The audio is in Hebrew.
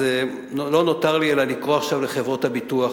לא נותר לי אלא לקרוא לחברות הביטוח,